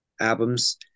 albums